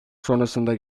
sonrasında